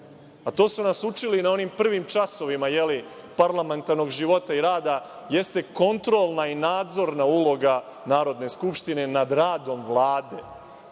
a to su nas učili na onim prvim časovima parlamentarnog života i rada, jeste kontrolna i nadzorna uloga Narodne skupštine nad radom